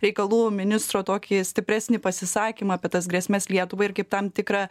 reikalų ministro tokį stipresnį pasisakymą apie tas grėsmes lietuvai ir kaip tam tikrą